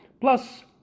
Plus